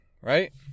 right